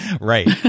Right